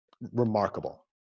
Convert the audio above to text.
remarkable